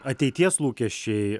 ateities lūkesčiai